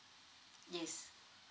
yes